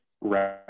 right